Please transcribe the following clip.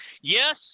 Yes